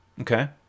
Okay